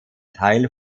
teil